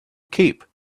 cape